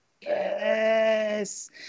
Yes